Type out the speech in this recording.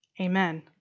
Amen